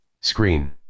screen